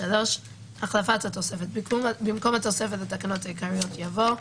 החלפת התוספת במקום התוספת לתקנות העיקריות יבוא: